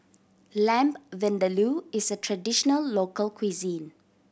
Lamb Vindaloo is a traditional local cuisine